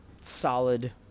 solid